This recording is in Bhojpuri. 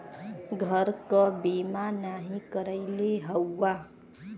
घर क बीमा नाही करइले हउवा